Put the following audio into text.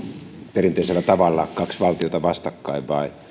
perinteisellä tavalla kaksi valtiota vastakkain vaan on